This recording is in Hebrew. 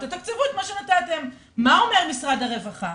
תתקצבו את מה ש- -- מה אומר משרד הרווחה?